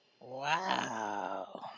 wow